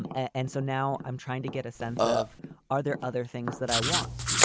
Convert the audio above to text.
and and so now i'm trying to get a sense of are there other things that i want?